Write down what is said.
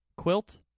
Quilt